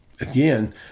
again